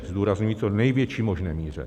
Zdůrazňuji v co největší možné míře.